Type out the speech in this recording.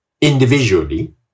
individually